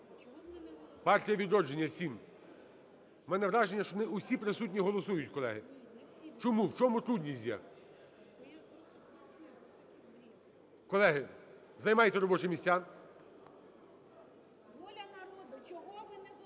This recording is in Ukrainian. "Партія "Відродження" – 7. В мене враження, що не усі присутні голосують, колеги. Чому? В чому трудність є? Колеги, займайте робочі місця.